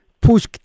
push